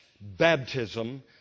baptism